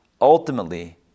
ultimately